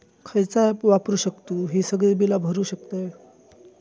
खयचा ऍप वापरू शकतू ही सगळी बीला भरु शकतय?